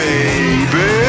Baby